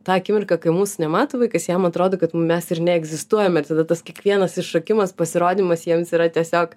tą akimirką kai mūsų nemato vaikas jam atrodo kad mes ir neegzistuojam ir tada tas kiekvienas iššokimas pasirodymas jiems yra tiesiog